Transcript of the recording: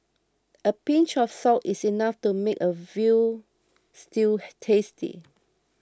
a pinch of salt is enough to make a Veal Stew tasty